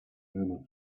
murmur